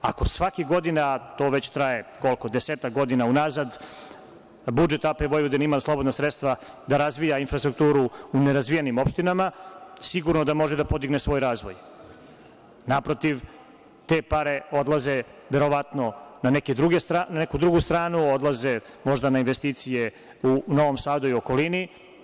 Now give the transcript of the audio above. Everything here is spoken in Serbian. Ako svake godine, a to već traje desetak godina unazad, budžet APV ima slobodna sredstva da razvija infrastrukturu u nerazvijenim opštinama, sigurno da može da podigne svoj razvoj, naprotiv, te pare odlaze, verovatno, na neke drugu stranu, odlaze možda na investicije u Novom Sadu i okolini.